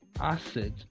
acid